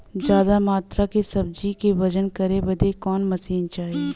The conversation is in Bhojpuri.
ज्यादा मात्रा के सब्जी के वजन करे बदे कवन मशीन चाही?